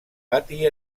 pati